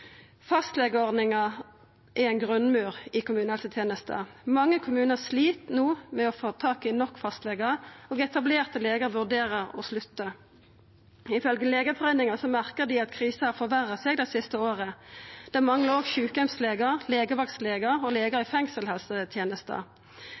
Fastlegeordninga er ein grunnmur i kommunehelsetenesta. Mange kommunar slit no med å få tak i nok fastlegar, og etablerte legar vurderer å slutta. Ifølgje Legeforeininga merkar dei at krisa har forverra seg det siste året. Det manglar òg sjukeheimslegar, legevaktslegar og legar